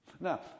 Now